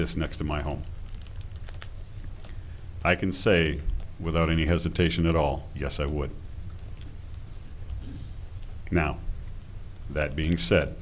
this next to my home i can say without any hesitation at all yes i would now that being said